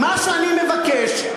מה שאני מבקש,